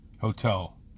hotel